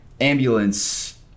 ambulance